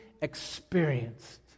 experienced